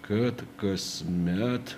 kad kasmet